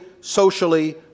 socially